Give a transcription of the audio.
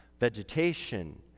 vegetation